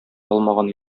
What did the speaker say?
алмаган